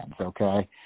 Okay